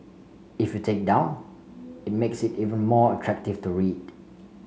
if you take down it makes it even more attractive to read